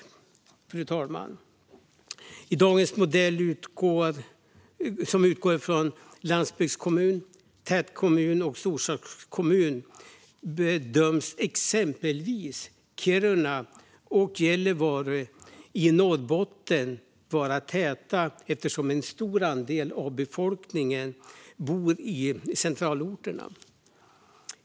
I dagens modell, som utgår från landsbygdskommun, tät kommun och storstadskommun, bedöms exempelvis Kiruna och Gällivare i Norrbotten vara täta kommuner eftersom en stor andel av befolkningen bor i centralorterna.